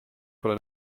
pole